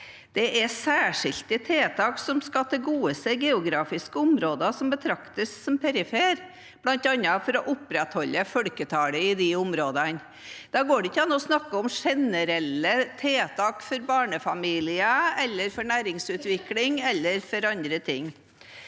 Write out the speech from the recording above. er særskilte tiltak som skal tilgodese geografiske områder som betraktes som perifere, bl.a. for å opprettholde folketallet i de områdene. Da går det ikke an å snakke om generelle tiltak for barnefamilier, næringsutvikling eller andre ting.